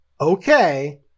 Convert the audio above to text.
Okay